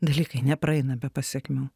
dalykai nepraeina be pasekmių